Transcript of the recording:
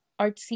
artsy